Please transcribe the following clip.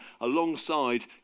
alongside